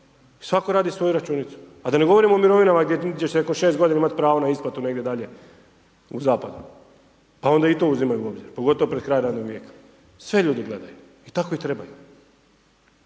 svatko radi svoju računicu, a da ne govorimo o mirovinama gdje će se nakon 6 godina imati pravo na isplatu negdje dalje u zapad, pa onda i to uzimaju u obzir, pogotovo pred kraj radnog vijeka, sve ljudi gledaju i tako i trebaju.